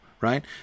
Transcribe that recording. right